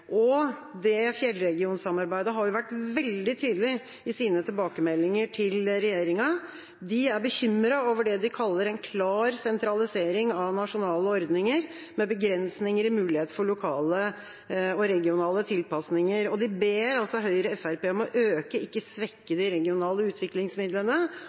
og Fjellregionsamarbeidet har vært veldig tydelig i sine tilbakemeldinger til regjeringa. De er bekymret over det de kaller en klar sentralisering av nasjonale ordninger med begrensninger i muligheter for lokale og regionale tilpasninger, og de ber Høyre og Fremskrittspartiet om å øke, ikke svekke, de regionale utviklingsmidlene.